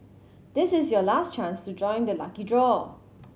this is your last chance to join the lucky draw